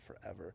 forever